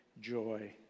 joy